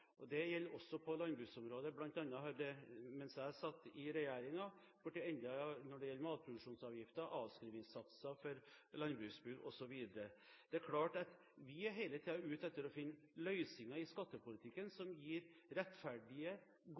ganger. Det gjelder også på landbruksområdet. Blant annet har det, mens jeg satt i regjeringen, blitt endringer når det gjelder matproduksjonsavgiften, avskrivingssatser for landbruksbygg, osv. Det er klart at vi hele tiden er ute etter å finne rettferdige og gode løsninger i skattepolitikken som ivaretar både den enkeltes behov og